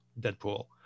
Deadpool